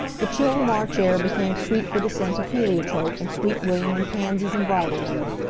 the chill march air became sweet with the scent of heliotrope, and sweet william, and pansies, and bridal wreath.